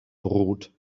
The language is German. brot